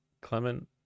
Clement